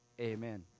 Amen